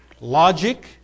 logic